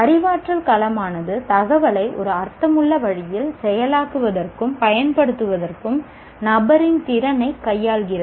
அறிவாற்றல் களமானது தகவலை ஒரு அர்த்தமுள்ள வழியில் செயலாக்குவதற்கும் பயன்படுத்துவதற்கும் நபரின் திறனைக் கையாள்கிறது